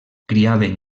criaven